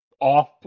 off